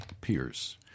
Pierce